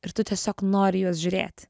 ir tu tiesiog nori į juos žiūrėt